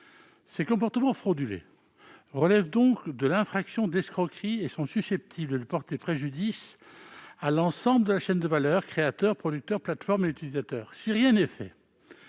Ces comportements frauduleux relèvent donc de l'infraction d'escroquerie et sont susceptibles de porter préjudice à l'ensemble de la chaîne de valeur : créateurs, producteurs, plateformes et utilisateurs. Si rien n'est fait,